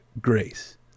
grace